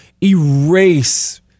erase